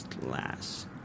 last